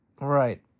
Right